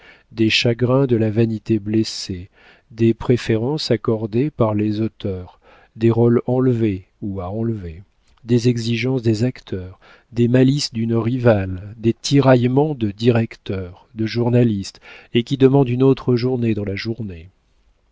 des chagrins de la vanité blessée des préférences accordées par les auteurs des rôles enlevés ou à enlever des exigences des acteurs des malices d'une rivale des tiraillements de directeurs de journalistes et qui demandent une autre journée dans la journée